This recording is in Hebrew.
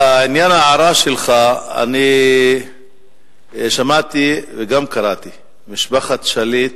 לעניין ההערה שלך, שמעתי וגם קראתי שבמשפחת שליט